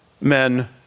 men